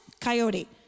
coyote